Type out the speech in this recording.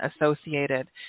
associated